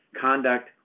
Conduct